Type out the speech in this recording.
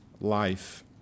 life